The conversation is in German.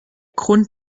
grund